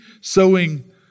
sowing